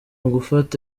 ugufata